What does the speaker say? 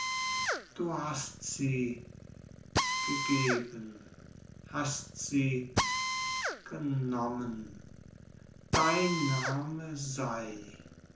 du hast sie gegeben hast sie genommen dein name sey